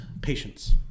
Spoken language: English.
patients